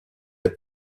est